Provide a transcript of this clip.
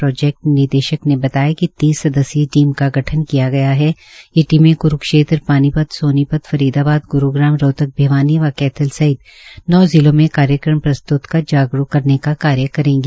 project निदेशक ने बताया कि तीस सदस्यी टीम का गठन किया गया है ये टीमें क्रूक्षेत्र पानीपत सोनीपत फरीदाबाद ग्रूग्राम रोहतक भिवानी व कैथल सहित नौ जिलों में कार्यक्रम प्रस्तुत कर जागरूक करने का कार्य करेंगी